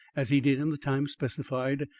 as he did in the time specified,